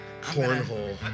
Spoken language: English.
cornhole